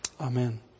Amen